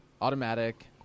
automatic